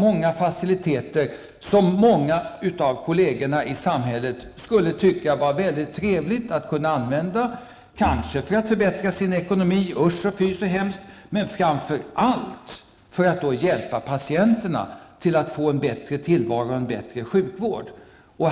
många andra faciliteter, som många av kollegerna i samhället skulle tycka att det vore trevligt att kunna använda, kanske för att förbättra sin ekonomi -- usch och fy så hemskt! -- men framför allt för att hjälpa patienterna att få en bättre sjukvård och en bättre tillvaro.